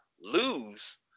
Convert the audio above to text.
lose